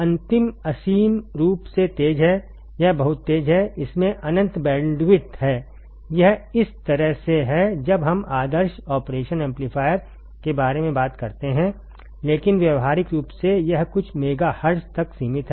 अंतिम असीम रूप से तेज़ है यह बहुत तेज़ है इसमें अनंत बैंडविड्थ है यह इस तरह से है जब हम आदर्श ऑपरेशन एम्पलीफायर के बारे में बात करते हैं लेकिन व्यावहारिक रूप से यह कुछ मेगाहर्ट्ज़ तक सीमित है